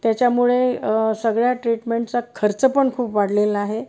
त्याच्यामुळे सगळ्या ट्रीटमेंटचा खर्च पण खूप वाढलेला आहे